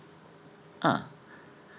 ah